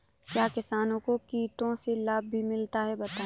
क्या किसानों को कीटों से लाभ भी मिलता है बताएँ?